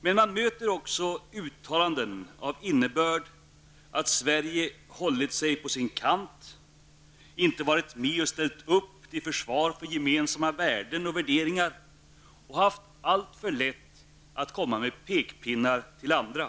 Men man möter också uttalanden av innebörden att Sverige har hållit sig på sin kant, inte varit med och ställt upp till försvar för gemensamma värden och värderingar och haft alltför lätt att komma med pekpinnar till andra.